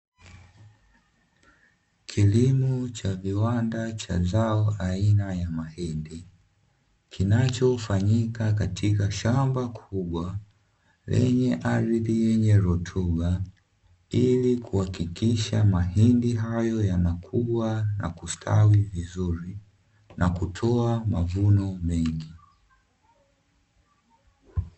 Kilimo cha viwanda cha zao aina ya mahindi kinachofanyika katika shamba kubwa lenye ardhi yenye rutuba, ili kuhakikisha mahindi hayo yanakuwa na kustawi vizuri na kutoa mavuno mengi.